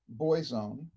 Boyzone